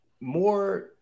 more